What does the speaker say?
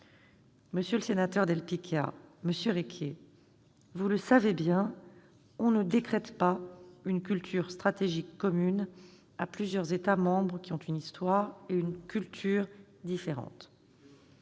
Monsieur del Picchia, monsieur Requier, vous le savez bien, on ne décrète pas une culture stratégique commune à plusieurs États membres qui ont une histoire et une culture différente.